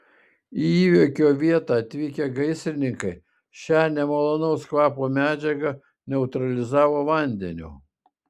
į įvykio vietą atvykę gaisrininkai šią nemalonaus kvapo medžiagą neutralizavo vandeniu